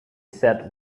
said